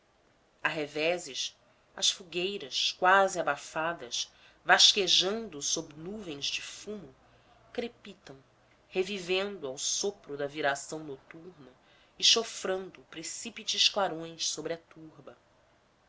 a reveses as fogueiras quase abafadas vasquejando sob nuvens de fumo crepitam revivendo ao sopro da viração noturna e chofrando precípites clarões sobre a turba